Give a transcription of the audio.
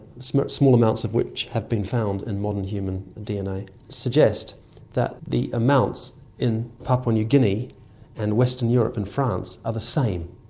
small small amounts of which have been found in modern human dna, suggest that the amounts in papua new guinea and western europe and france are the same.